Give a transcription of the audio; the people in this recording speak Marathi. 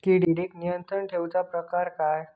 किडिक नियंत्रण ठेवुचा प्रकार काय?